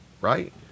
right